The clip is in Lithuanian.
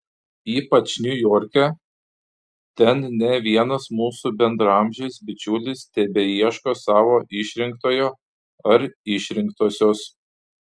ypač niujorke ten ne vienas mūsų bendraamžis bičiulis tebeieško savo išrinktojo ar išrinktosios